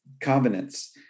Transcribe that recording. covenants